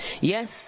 Yes